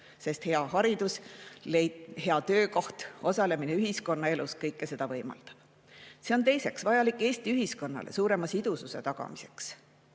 sest hea haridus, hea töökoht, osalemine ühiskonnaelus kõike seda võimaldab. Teiseks on see vajalik Eesti ühiskonnas suurema sidususe tagamiseks.